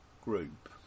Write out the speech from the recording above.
group